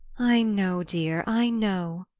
i know, dear, i know,